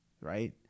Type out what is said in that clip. right